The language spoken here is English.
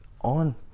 on